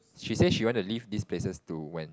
she says she want to leave these places to when